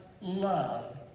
love